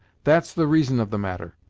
that's the reason of the matter.